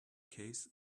case